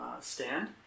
stand